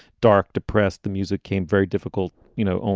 dark, depressed, the music came very difficult. you know,